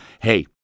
hey